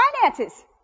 finances